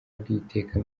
bw’iteka